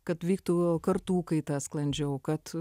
kad vyktų kartų kaita sklandžiau kad